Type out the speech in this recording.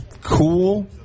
cool